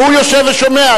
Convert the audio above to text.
והוא יושב ושומע.